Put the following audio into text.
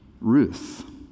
Ruth